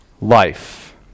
life